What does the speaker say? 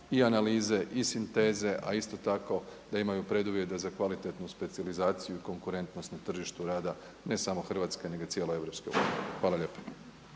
i analize i sinteze, a isto tako da imaju preduvjet da za kvalitetnu specijalizaciju i konkurentnost na tržištu rada ne samo Hrvatske nego i cijele EU. Hvala lijepo.